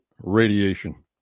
radiation